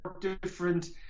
different